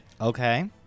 Okay